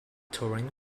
touring